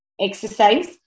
Exercise